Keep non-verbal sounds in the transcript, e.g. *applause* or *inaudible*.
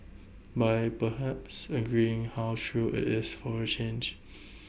by perhaps agreeing how true IT is for A change *noise*